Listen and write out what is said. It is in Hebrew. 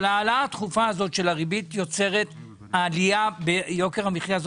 אבל העלאה הדחופה הזאת של הריבית יוצרת עלייה ביוקר המחיה.